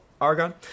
Argon